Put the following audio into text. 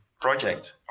project